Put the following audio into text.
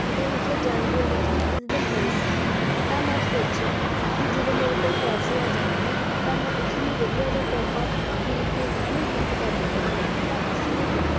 ਅਤੇ ਉਸ ਦੇ ਜਨਮਦਿਨ ਵਿੱਚ ਵੀ ਕੁਝ ਦਿਨ ਪਏ ਸੀ ਤਾਂ ਮੈਂ ਸੋਚਿਆ ਵੀ ਜਦੋਂ ਮੇਰੇ ਕੋਲ ਪੈਸੇ ਆ ਜਾਣਗੇ ਤਾਂ ਮੈਂ ਉਸ ਲਈ ਵਧੀਆ ਜਿਹਾ ਤੋਹਫ਼ਾ ਖਰੀਦ ਕੇ ਉਸ ਨੂੰ ਗਿਫ਼ਟ ਕਰ ਦੇਵਾਂਗੀ ਤਾਂ ਇਸ ਲਈ ਮੈਂ